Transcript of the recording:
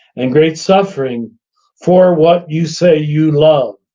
and great suffering for what you say you love,